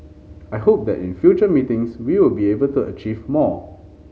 I hope that in future meetings we will be able to achieve more